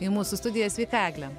į mūsų studiją sveika egle